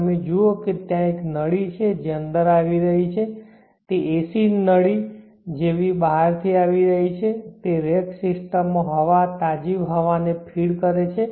તમે જુઓ કે ત્યાં એક નળી છે જે અંદર આવી રહી છે તે ac નળી જેવી બહારથી આવી રહી છે જે રેક સિસ્ટમમાં હવા તાજી હવાને ફીડ કરે છે